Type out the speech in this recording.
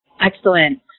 Excellent